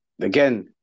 Again